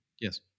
Yes